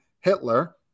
Hitler